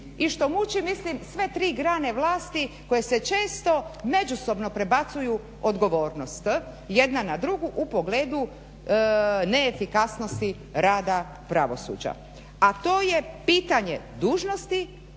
i što muči mislim sve ti grane vlasti koje se često međusobno prebacuju odgovornost jedna na drugu u pogledu neefikasnosti rada pravosuđa, a to je pitanje dužnosti,